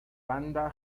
banda